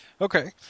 Okay